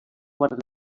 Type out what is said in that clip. quart